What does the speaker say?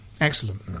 excellent